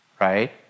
right